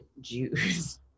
Jews